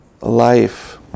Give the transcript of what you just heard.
life